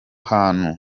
hantu